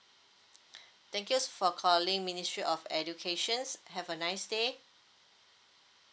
thank you for calling ministry of education have a nice day